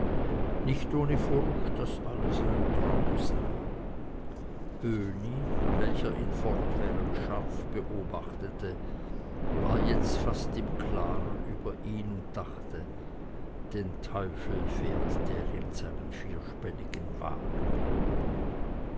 nicht ohne furcht daß alles ein traum sei böhni welcher ihn fortwährend scharf betrachtete war jetzt fast im klaren über ihn und dachte den teufel fährt der in einem vierspännigen wagen